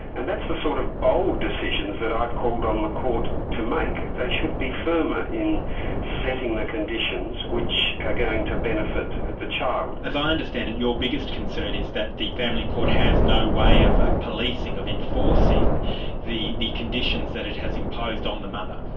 and that's the sort of bold decisions that i've called on the court to make. they should be firmer in setting the conditions which are going to benefit the child. as i understand it, your biggest concern is that the family court has no way of of policing, of enforcing the the conditions that it has imposed on the mother.